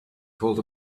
called